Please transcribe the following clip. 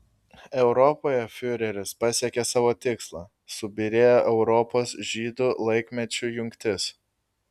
europoje fiureris pasiekė savo tikslą subyrėjo europos žydų laikmečių jungtis